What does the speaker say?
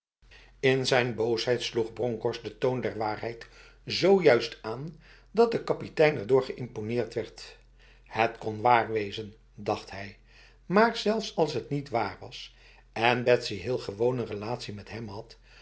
in zijn boosheid sloeg bronkhorst de toon der waarheid zojuist aan dat de kapitein erdoor geïmponeerd werd het kon waar wezen dacht hij maar zelfs als het niet waar was en betsy heel gewoon n relatie met hem had